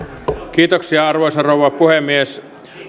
puhujakorokkeelta arvoisa rouva puhemies